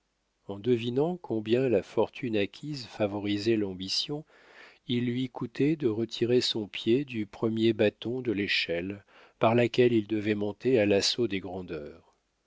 en devinant combien la fortune acquise favorisait l'ambition il lui coûtait de retirer son pied du premier bâton de l'échelle par laquelle il devait monter à l'assaut des grandeurs